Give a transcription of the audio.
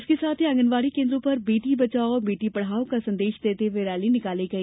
इसके साथ ही आंगनवाड़ी केन्द्रों पर बेटी बचाओ बेटी पढ़ाओ का संदेश देते हए रैली निकाली गई